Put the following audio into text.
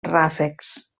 ràfecs